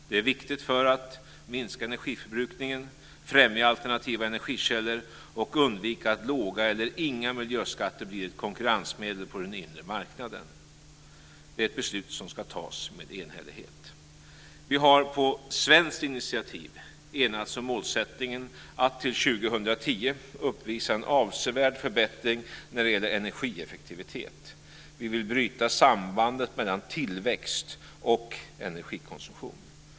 Detta är viktigt för att minska energiförbrukningen, främja alternativa energikällor och undvika att låga eller inga miljöskatter blir ett konkurrensmedel på den inre marknaden. Det är ett beslut som ska tas med enhällighet. · Vi har på svenskt initiativ enats om målsättningen att till 2010 uppvisa en avsevärd förbättring när det gäller energieffektivitet. Vi vill bryta sambandet mellan tillväxt och energikonsumtion.